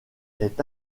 est